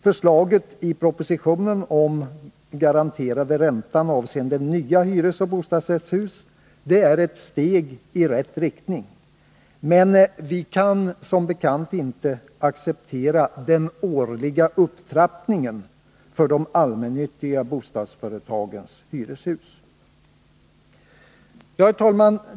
Förslaget i propositionen om garanterade räntan avseende nya hyresoch bostadsrättshus är ett steg i rätt riktning, men vi kan som bekant inte acceptera den årliga upptrappningen för de allmännyttiga bostadsföretagens hyreshus. Herr talman!